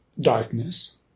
darkness